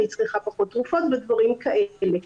אני צריכה פחות תרופות ודברים כאלה.